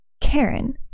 Karen